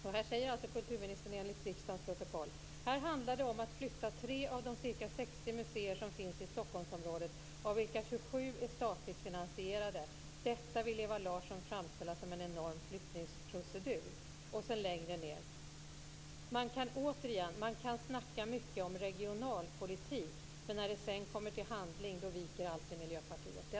Kulturministern säger enligt riksdagens protokoll: "Här handlar det om att flytta 3 av de ca 60 museer som finns i Stockholmsområdet, av vilka 27 är statligt finansierade. Detta vill Ewa Larsson framställa som en enorm flyttningsprocedur." Längre ned står: "Återigen: Man kan snacka mycket om regionalpolitik. Men när det sedan kommer till handling - då viker alltid Miljöpartiet."